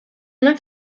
una